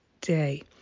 day